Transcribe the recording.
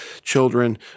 children